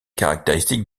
caractéristique